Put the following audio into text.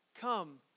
Come